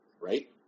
right